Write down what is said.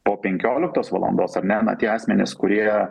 po penkioliktos valandos ar ne tie asmenys kurie